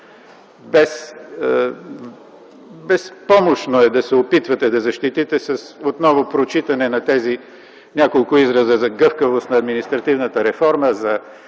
Безпомощно е да се опитване да защитите отново с прочитане на тези няколко израза за гъвкавост на административната реформа,